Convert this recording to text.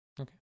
Okay